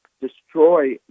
destroy